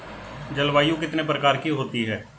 जलवायु कितने प्रकार की होती हैं?